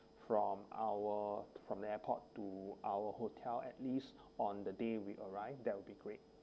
from our from the airport to our hotel at least on the day we arrived that would be great